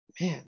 man